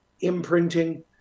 imprinting